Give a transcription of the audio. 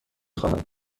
خواهد